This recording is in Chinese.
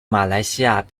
马来西亚